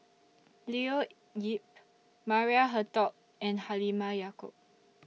Leo Yip Maria Hertogh and Halimah Yacob